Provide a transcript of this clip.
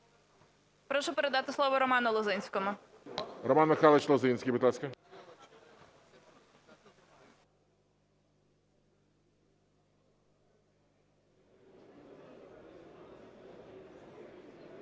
Прошу передати слово Роману Лозинському.